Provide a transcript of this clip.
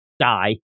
die